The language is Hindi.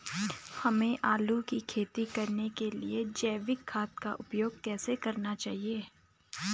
हमें आलू की खेती करने के लिए जैविक खाद का उपयोग कैसे करना चाहिए?